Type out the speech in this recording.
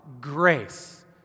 Grace